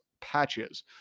patches